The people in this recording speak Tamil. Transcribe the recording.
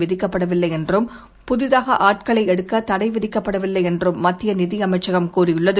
விதிக்கப்படவில்லை என்றும் புதிதாக ஆட்களை எடுக்க தடை விதிக்கப்படவில்லை என்றும் மத்திய நிதியமைச்சகம் கூறியுள்ளது